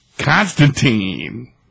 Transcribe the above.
Constantine